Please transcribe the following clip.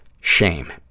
Shame